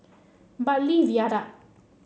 Bartley Viaduct